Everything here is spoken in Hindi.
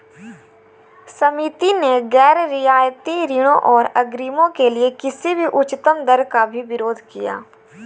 समिति ने गैर रियायती ऋणों और अग्रिमों के लिए किसी भी उच्चतम दर का भी विरोध किया